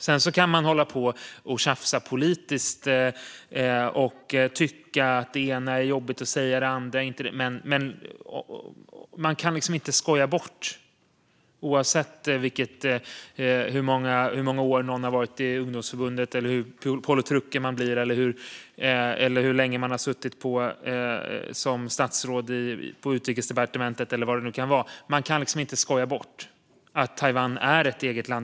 Sedan kan man hålla på och tjafsa politiskt och tycka att det ena är jobbigt att säga och det andra inte. Men man kan liksom inte skoja bort detta, oavsett hur många år någon har varit i ungdomsförbundet, att man är politruk eller har suttit länge som statsråd på Utrikesdepartementet eller vad det kan vara. Man kan inte skoja bort att Taiwan är ett eget land.